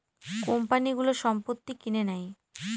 কোম্পানিগুলো সম্পত্তি কিনে নেয়